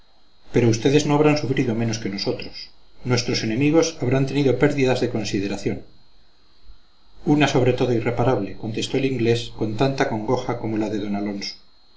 pero ustedes no habrán sufrido menos que nosotros nuestros enemigos habrán tenido pérdidas de consideración una sobre todo irreparable contestó el inglés con tanta congoja como la de d alonso